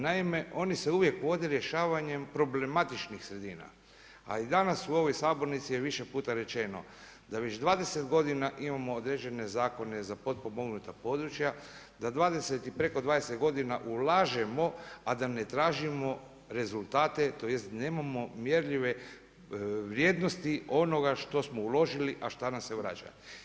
Naime, oni se uvijek vode rješavanjem problematičnih sredina, ali danas u ovoj sabornici je više puta rečeno da već 20 godina imamo određene zakone za potpomognuta područja, da 20 i preko 20 godina ulažemo, a da ne tražimo rezultate tj. da nemamo mjerljive vrijednosti onoga što smo uložili, a šta nam se vraća.